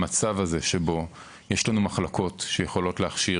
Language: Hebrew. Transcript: המצב הזה שבו יש לנו מחלקות שיכולות להכשיר